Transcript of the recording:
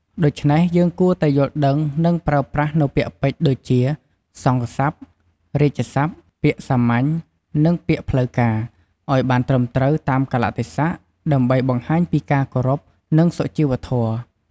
ដូច្នេះ យើងគួរតែយល់ដឹង និងប្រើប្រាស់នូវពាក្យពេចន៍ដូចជា សង្ឃស័ព្ទ រាជស័ព្ទ ពាក្យសាមញ្ញ និងពាក្យផ្លូវការ ឲ្យបានត្រឹមត្រូវតាមកាលៈទេសៈ ដើម្បីបង្ហាញពីការគោរព និងសុជីវធម៌។